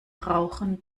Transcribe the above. rauchen